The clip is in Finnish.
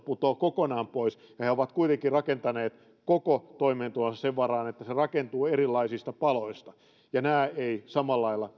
putoaa kokonaan pois ja he ovat kuitenkin rakentaneet koko toimeentulonsa sen varaan että se rakentuu erilaisista paloista ja nämä eivät samalla lailla